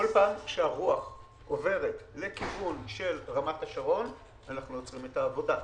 כל פעם כשהרוח עוברת לכיוון של רמת השרון אנחנו עוצרים את העבודה.